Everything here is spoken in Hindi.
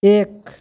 एक